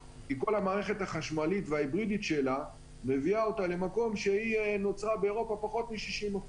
כי כל המערכת החשמלית וההיברידית שלה מביאה אותה למקום שפחות מ-60%